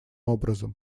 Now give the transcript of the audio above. образом